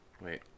Wait